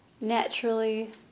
Naturally